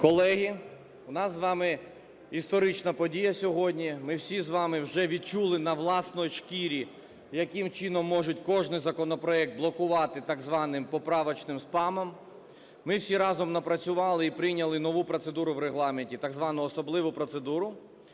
Колеги, у нас з вами історична подія сьогодні. Ми всі з вами вже відчули на власній шкірі, яким чином можуть кожний законопроект блокувати так званим поправочним спамом. Ми всі разом напрацювали і прийняли нову процедуру в Регламенті, так звану особливу процедуру.